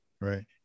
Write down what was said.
Right